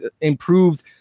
improved